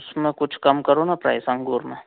उसमें कुछ कम करो ना प्राइस अंगूर में